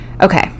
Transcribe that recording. Okay